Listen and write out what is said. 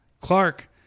Clark